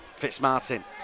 Fitzmartin